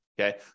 Okay